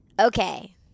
Okay